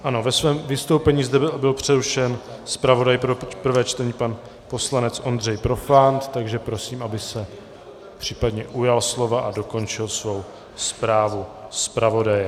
Ano, ve svém vystoupení byl přerušen zpravodaj pro prvé čtení pan poslanec Ondřej Profant, takže prosím, aby se případně ujal slova a dokončil svou zprávu zpravodaje.